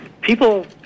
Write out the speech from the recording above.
people